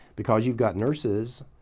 because you've got nurses,